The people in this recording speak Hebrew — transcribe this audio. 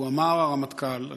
הרמטכ"ל אמר,